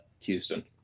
Houston